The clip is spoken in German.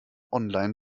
online